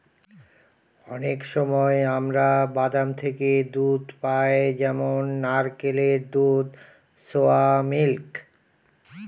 অনেক সময় আমরা বাদাম থেকে দুধ পাই যেমন নারকেলের দুধ, সোয়া মিল্ক